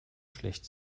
schlecht